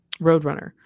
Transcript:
Roadrunner